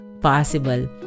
possible